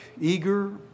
eager